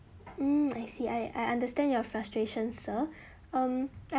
mm I see I I understand your frustration sir um I